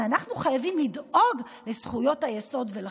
ואנחנו חייבים לדאוג לזכויות היסוד ולחירות.